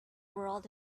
world